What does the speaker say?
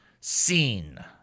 scene